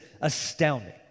astounding